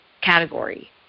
category